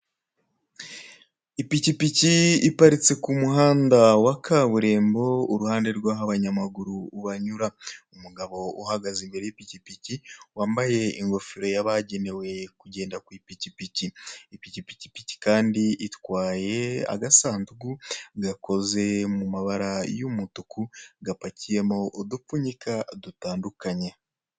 Ipikipiki iparitse ku muhanda wa kaburimbo uruhande rwaho abanyamaguru banyura umugabo uhagaze imbere y'ipikipiki wambaye ingofero yabagenewe kugenda ku ipikipiki. Ipikipikipiki kandi itwaye agasanduku gakoze mu mabara y'umutuku gapakiyemo udupfunyika dutandukanye.